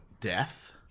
death